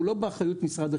הוא לא באחריות משרד החינוך.